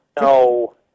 No